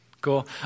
Cool